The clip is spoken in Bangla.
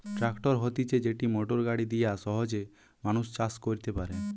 ট্র্যাক্টর হতিছে যেটি মোটর গাড়ি দিয়া সহজে মানুষ চাষ কইরতে পারে